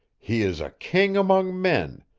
he is a king among men,